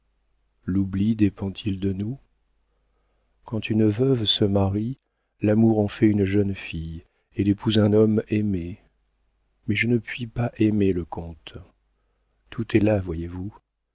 l'oubli dépend il de nous quand une veuve se marie l'amour en fait une jeune fille elle épouse un homme aimé mais je ne puis pas aimer le comte tout est là voyez-vous